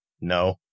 No